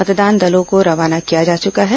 मतदान दलों को रवाना किया जा चका है